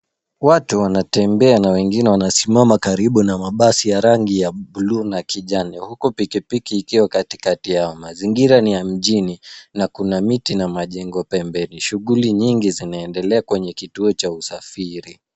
Watu wanatembea na wengine wanasimama karibu na mabasi ya rangi ya bluu na kijani huku pikipiki ikiwa katikati yao. Mazingira ni ya mjini na kuna miti na majengo pembeni. Shughuli nyingi zinaendelea kwenye kituo cha usafiri.